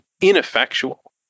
ineffectual